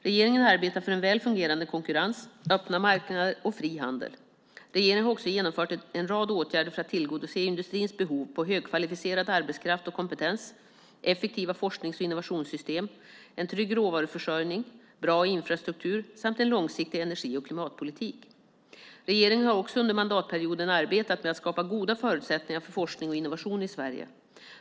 Regeringen arbetar för en väl fungerande konkurrens, öppna marknader och fri handel. Regeringen har också genomfört en rad åtgärder för att tillgodose industrins krav på högkvalificerad arbetskraft och kompetens, effektiva forsknings och innovationssystem, en trygg råvaruförsörjning, bra infrastruktur samt en långsiktig energi-, klimat och miljöpolitik. Regeringen har också under mandatperioden arbetat med att skapa goda förutsättningar för forskning och innovation i Sverige.